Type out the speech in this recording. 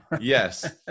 Yes